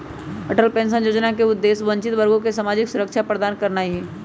Atal pension जोजना के उद्देश्य वंचित वर्गों के सामाजिक सुरक्षा प्रदान करनाइ हइ